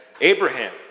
Abraham